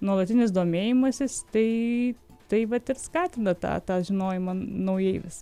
nuolatinis domėjimasis tai tai vat ir skatina tą tą žinojimą naujai vis